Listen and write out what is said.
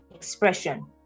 expression